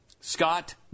Scott